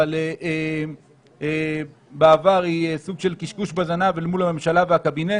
אבל בעבר הייתה סוג של קשקוש בזנב אל מול הממשלה והקבינט.